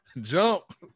Jump